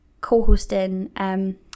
co-hosting